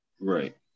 Right